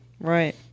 Right